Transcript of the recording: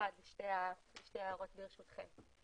לשתי ההערות ברשותכם.